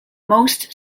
most